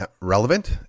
relevant